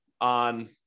on